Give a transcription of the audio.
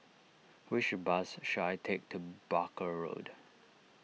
which bus should I take to Barker Road